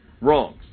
wrong